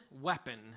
weapon